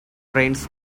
trains